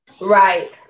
Right